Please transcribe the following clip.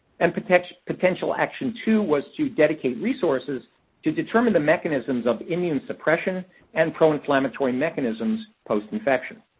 and potential potential action two was to dedicate resources to determine the mechanisms of immunosuppression and pro-inflammatory mechanisms post-infection.